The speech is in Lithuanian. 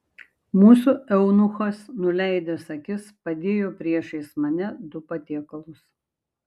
mūsų eunuchas nuleidęs akis padėjo priešais mane du patiekalus